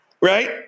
Right